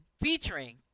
featuring